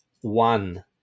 one